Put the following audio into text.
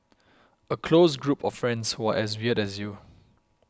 a close group of friends who are as weird as you